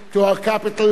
Jerusalem,